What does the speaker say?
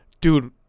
Dude